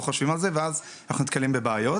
חושבים על זה ואז מה שקורה זה שאנחנו נתקלים בבעיות.